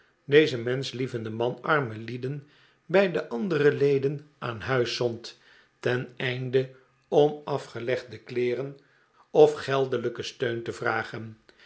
deze menschlievende man arme lieden bij de andere leden aan huis zond ten einde om afgelegde kleeren of geldelijken steun te vragen